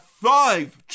five